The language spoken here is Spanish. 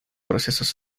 procesos